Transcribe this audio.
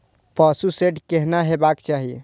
पशु शेड केहन हेबाक चाही?